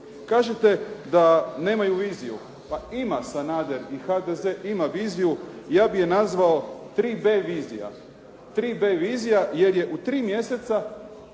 Kažete da nemaju viziju. Pa ima Sanader i HDZ ima viziju. Ja bih je nazvao 3B vizija, 3B vizija jer je u tri mjeseca